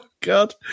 God